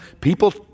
People